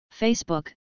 Facebook